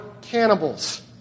cannibals